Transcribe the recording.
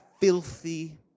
filthy